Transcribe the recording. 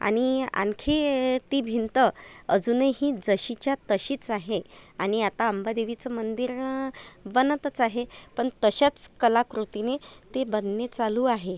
आणि आणखी ती भिंत अजूनही जशीच्या तशीच आहे आणि आता अंबादेवीचं मंदिर बनतच आहे पण तशाच कलाकृतीने ते बनणे चालू आहे